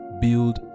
build